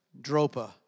Dropa